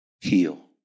heal